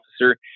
officer